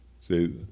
See